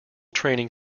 training